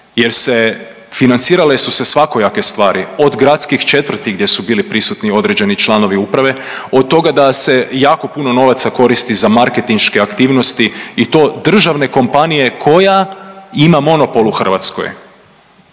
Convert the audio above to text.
jer se, financirale su se svakojake stvari, od gradskih četvrti gdje su bili prisutni određeni članovi uprave, od toga da se jako puno novaca koristi za marketinške aktivnosti i to državne kompanije koja ima monopol u Hrvatskoj.